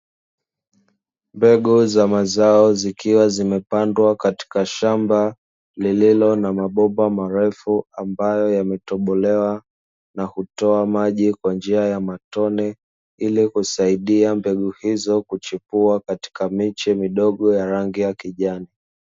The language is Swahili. Mbegu za maboga zikiwa zimepandwa Katika shamba, lililo na mabomba marefu ambayo yametibolewa na kutoa maji kwa njia ya matone, ili kusaidia Mbegu hizo kuchipua katika miche midogo ya rangi ya kijani.